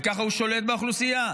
וככה הוא שולט באוכלוסייה,